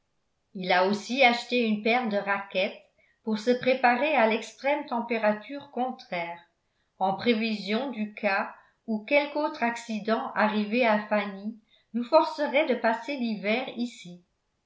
il a aussi acheté une paire de raquettes pour se préparer à l'extrême température contraire en prévision du cas où quelque autre accident arrivé à fanny nous forcerait de passer l'hiver ici